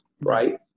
right